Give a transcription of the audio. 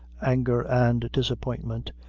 anger and disappointment,